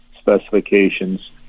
specifications